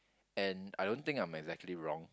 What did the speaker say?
and I don't think I'm exactly wrong